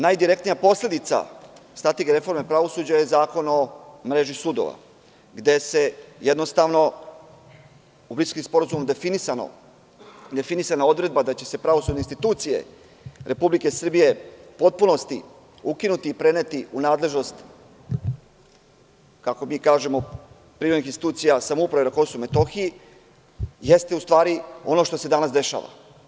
Najdirektnija posledica strategije reforme pravosuđa je Zakon o mreži sudova, gde je jednostavno u Briselskom sporazumu definisana odredba da će se pravosudne institucije Republike Srbije u potpunosti ukinuti i preneti u nadležnost, kako mi kažemo, privremenih institucija samouprave na KiM jeste u stvari ono što se danas dešava.